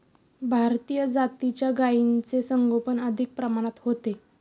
भारतीय जातीच्या गायींचे संगोपन अधिक प्रमाणात होते